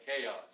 chaos